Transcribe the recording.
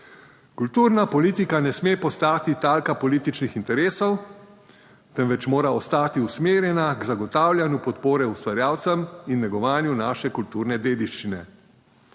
Kulturna politika ne sme postati talka političnih interesov, temveč mora ostati usmerjena k zagotavljanju podpore ustvarjalcem in negovanju naše kulturne dediščine.